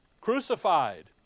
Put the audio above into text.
Crucified